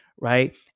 right